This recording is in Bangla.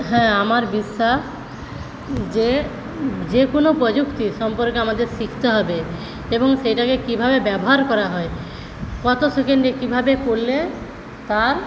হ্যাঁ আমার বিশ্বাস যে যেকোনও প্রযুক্তি সম্পর্কে আমাদের শিখতে হবে এবং সেটাকে কীভাবে ব্যবহার করা হয় কত সেকেন্ডে কীভাবে করলে তার